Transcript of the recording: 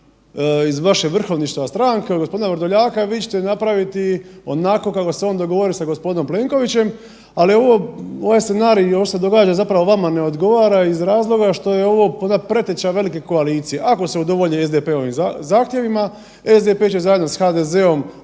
iz vašeg vrhovništva stranke od gospodina Vrdoljaka vi ćete napraviti onako kako se on dogovori sa gospodinom Plenkovićem, ali ovo, ovaj scenarij i ovo što se događa zapravo vama ne odgovara iz razloga što je ovo …/nerazumljivo/… preteča velike koalicije, ako se udovolji SDP-ovim zahtjevima, SDP će zajedno sa HDZ-om,